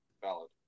valid